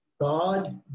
God